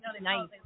nice